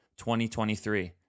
2023